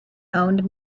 owned